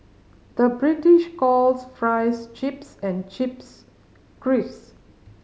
the British calls fries chips and chips crisps